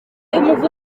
y’umuvuduko